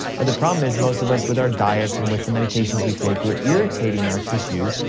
but the problem is most of us with our diet and with the medications we take, we're irritating our tissues,